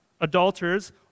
adulterers